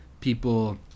people